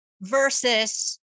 versus